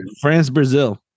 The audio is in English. France-Brazil